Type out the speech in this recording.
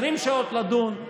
20 שעות לדון,